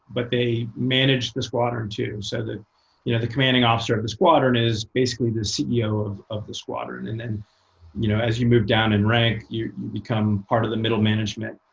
but they manage the squadron, too. so the you know the commanding officer of the squadron is basically the ceo of of the squadron. and then you know as you move down in rank, you you become part of the middle management.